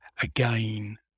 again